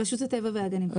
רשות הטבע והגנים.